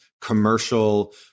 commercial